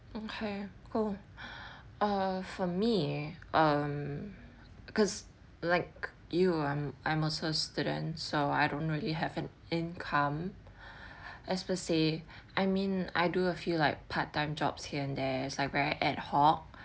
okay cool uh for me um cause like you I'm I'm also a student so I don't really have an income as per se I mean I do a few like part time jobs here and there as I very ad hoc